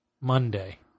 Monday